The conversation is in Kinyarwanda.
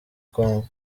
kongo